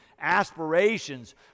aspirations